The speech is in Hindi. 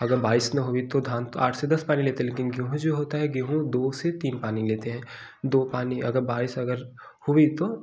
अगर बारिश में हुई तो धान तो आठ से दस पानी लेता है लेकिन गेहूँ जो होता है गेहूँ दो से तीन पानी लेते हैं दो पानी अगर बारिश अगर हुई तो